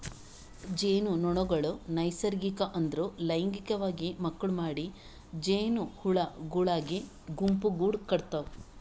ಜೇನುನೊಣಗೊಳ್ ನೈಸರ್ಗಿಕ ಅಂದುರ್ ಲೈಂಗಿಕವಾಗಿ ಮಕ್ಕುಳ್ ಮಾಡಿ ಜೇನುಹುಳಗೊಳಾಗಿ ಗುಂಪುಗೂಡ್ ಕಟತಾವ್